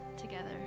together